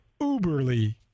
uberly